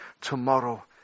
tomorrow